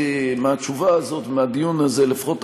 מהתשובה הזאת ומהדיון הזה לפחות,